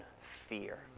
fear